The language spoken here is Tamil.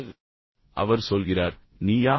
எனவே அவர் சொல்கிறார் நீயா